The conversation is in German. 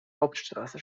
hauptstraße